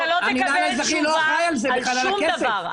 אתה לא תקבל תשובה על שום דבר.